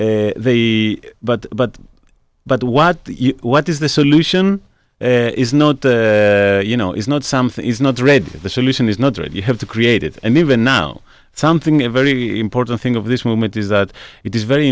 bought the but but but what what is the solution is not you know is not something is not read the solution is not right you have to create it and even now something very important thing of this moment is that it is very